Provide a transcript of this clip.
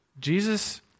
Jesus